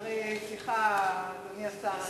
אדוני השר,